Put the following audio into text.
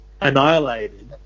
annihilated